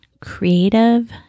creative